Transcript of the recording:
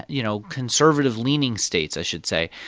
you know, conservative-leaning states, i should say.